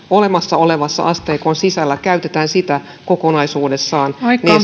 olemassa olevan asteikon sisällä käytetään sitä kokonaisuudessaan